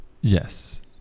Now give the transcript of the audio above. Yes